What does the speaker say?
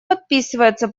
подписывается